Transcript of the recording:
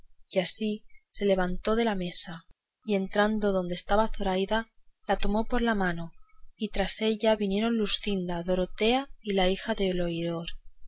y así se levantó de la mesa y entrando donde estaba zoraida la tomó por la mano y tras ella se vinieron luscinda dorotea y la hija del oidor